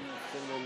תודה.